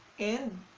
and